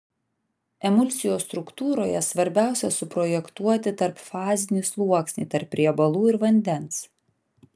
emulsijos struktūroje svarbiausia suprojektuoti tarpfazinį sluoksnį tarp riebalų ir vandens